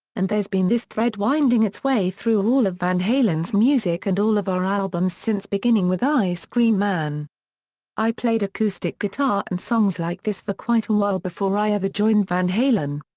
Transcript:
and there's been this thread winding its way through all of van halen's music and all of our albums since beginning with ice cream man i played acoustic guitar and songs like this for quite a while before i ever joined van halen.